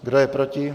Kdo je proti?